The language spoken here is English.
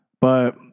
but-